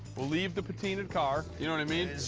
we'll leave the patina'd car. you know what i mean?